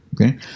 Okay